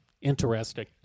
Interesting